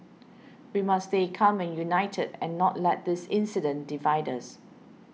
we must stay calm and united and not let this incident divide us